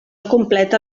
completa